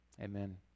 Amen